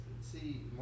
see